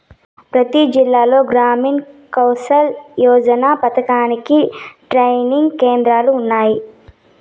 ప్రతి జిల్లాలో గ్రామీణ్ కౌసల్ యోజన పథకానికి ట్రైనింగ్ కేంద్రాలు ఉన్నాయి